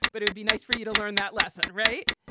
but it'd be nice for you to learn that lesson, right?